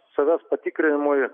savęs patikrinimui